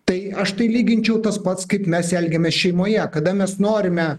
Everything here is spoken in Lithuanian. tai aš tai lyginčiau tas pats kaip mes elgiamės šeimoje kada mes norime